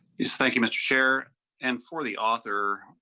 is thank you mister chair and for the author.